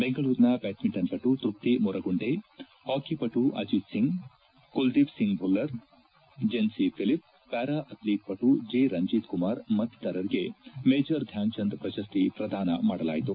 ಬೆಂಗಳೂರಿನ ಬ್ಯಾಡ್ಕಿಂಟನ್ ಪಟು ತೃಪ್ತಿ ಮುರಗುಂಡೆ ಹಾಕಿ ಪಟು Ajit Singh Kuldeep Singh Bhullar Jincy Philip para athlete ಪಟು ಜಿ ರಂಜೀತ್ ಕುಮಾರ್ ಮತ್ತಿತರಿಗೆ ಮೇಜರ್ ಧ್ಯಾನ್ ಚಂದ್ ಪ್ರಶಸ್ತಿ ಪ್ರದಾನ ಮಾಡಲಾಯಿತು